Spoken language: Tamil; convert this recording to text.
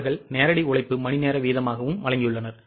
அவர்கள் நேரடி உழைப்பு மணிநேர வீதமாகவும் வழங்கியுள்ளனர்